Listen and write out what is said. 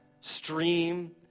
stream